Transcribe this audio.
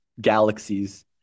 galaxies